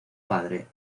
padre